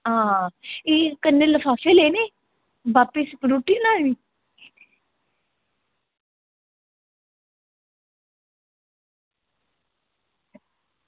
एह् कन्नै लफाफे लैने बापस रुट्टी निं लेई आनी